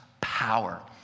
power